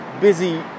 busy